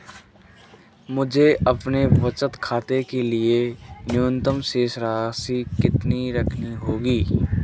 मुझे अपने बचत खाते के लिए न्यूनतम शेष राशि कितनी रखनी होगी?